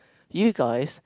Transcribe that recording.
you guys